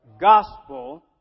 Gospel